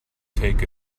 take